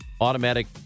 automatic